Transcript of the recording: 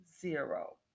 zero